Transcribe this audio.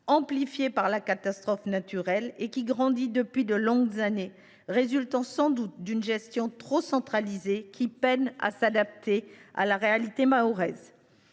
Amplifié par la catastrophe naturelle, ce dernier grandit depuis de longues années et résulte sans doute d’une gestion trop centralisée qui peine à s’adapter à la réalité mahoraise.